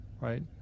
right